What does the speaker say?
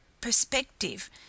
perspective